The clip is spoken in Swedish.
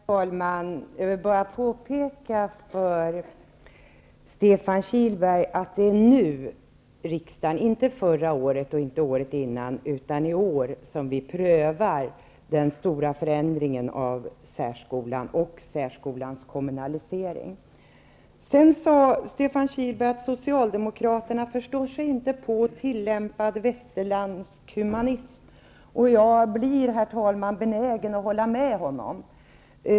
Herr talman! Jag vill bara påpeka för Stefan Kihlberg att det är nu, i år, inte förra året eller året innan, som riksdagen prövar den stora förändringen av särskolan och särskolans kommunalisering. Stefan Kihlberg sade att Socialdemokraterna inte förstår sig på tillämpad västerländsk humanism, och jag är benägen att hålla med honom.